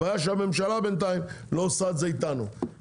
הבעיה שהממשלה בינתיים לא עושה את זה איתנו,